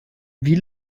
wie